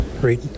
Great